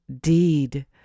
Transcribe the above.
deed